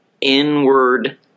inward